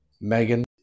Megan